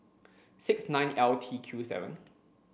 six nine L T Q seven